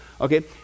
okay